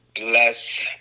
less